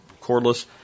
cordless